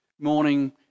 morning